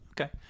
Okay